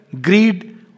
greed